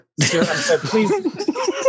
please